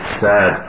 sad